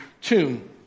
tomb